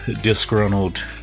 disgruntled